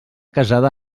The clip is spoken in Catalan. casada